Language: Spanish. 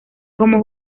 como